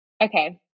Okay